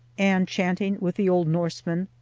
and chanting with the old norsemen,